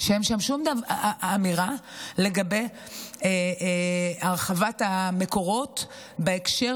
שאין שם שום אמירה לגבי הרחבת המקורות בהקשר